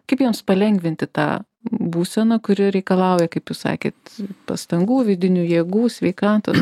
kaip jiems palengvinti tą būseną kuri reikalauja kaip jūs sakėt pastangų vidinių jėgų sveikatos